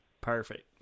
Perfect